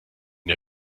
der